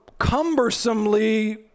cumbersomely